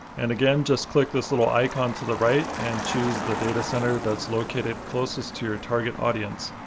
and again, just click this little icon to the right and choose the data center that's located closest to your target audience,